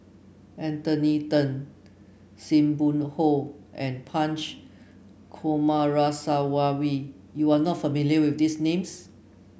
Anthony Then Sim Hoo and Punch Coomaraswamy you are not familiar with these names